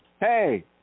Hey